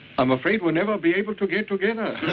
i'm afraid we'll never be able to get together.